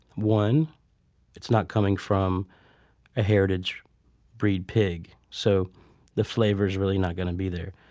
one it's not coming from a heritage breed pig, so the flavor is really not going to be there.